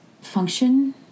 function